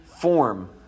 form